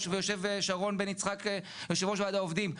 ויושב שרון בן יצחק יו"ר ועד העובדים.